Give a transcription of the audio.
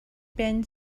been